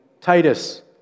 Titus